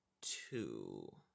two